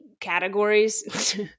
categories